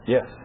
Yes